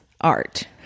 art